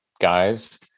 guys